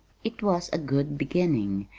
it was a good beginning,